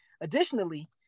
Additionally